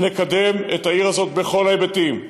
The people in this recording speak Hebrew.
לקדם את העיר הזאת בכל ההיבטים,